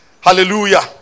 Hallelujah